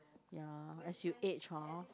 ya as you age hor